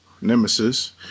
nemesis